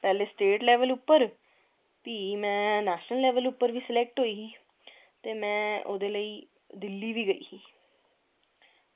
पैह्लें state level पर भी में नेशनल लेवल पर बी सलैक्ट होई ही ते में ओह्दे लेई दिल्ली बी गेई ही